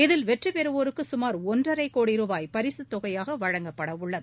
இதில் வெற்றி பெறுவோருக்கு சுமார் ஒன்றரை கோடி ரூபாய் பரிசுத்தொகையாக வழங்கப்படவுள்ளது